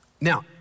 Now